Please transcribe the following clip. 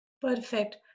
Perfect